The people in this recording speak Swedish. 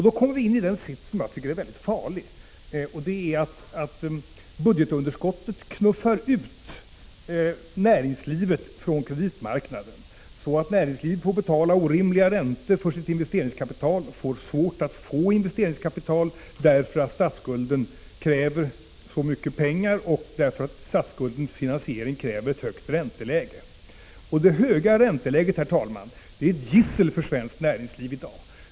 Då kommer man in i en sits som jag tycker är väldigt farlig, nämligen att budgetunderskottet knuffar ut näringslivet från kreditmarknaden. Näringslivet får svårt att få investeringskapital och får betala orimliga räntor, därför att statsskulden kräver så mycket pengar och statsskuldens finansiering kräver ett högt ränteläge. Det höga ränteläget, herr talman, är ett gissel för svenskt näringsliv i dag.